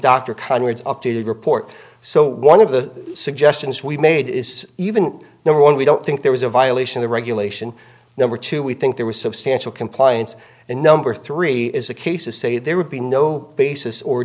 words updated report so one of the suggestions we made is even number one we don't think there was a violation the regulation number two we think there was substantial compliance and number three is a case to say there would be no basis or